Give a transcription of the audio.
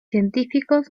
científicos